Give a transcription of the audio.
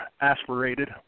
aspirated